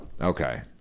Okay